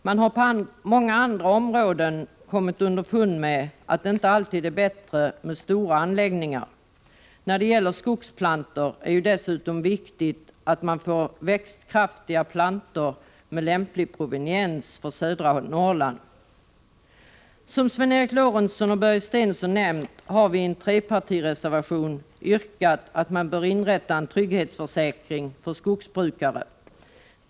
Man har på många andra områden kommit underfund med att det inte alltid är bäst med stora anläggningar. När det gäller skogsplantor är det dessutom viktigt att man får växtkraftiga plantor med lämplig proviniens för södra Norrland. Som Sven Eric Lorentzon och Börje Stensson nämnt har vi i en trepartireservation yrkat att man bör inrätta en trygghetsförsäkring för skogsbrukare.